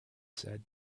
said